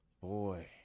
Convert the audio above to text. boy